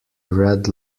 red